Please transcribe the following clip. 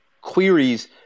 queries